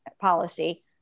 policy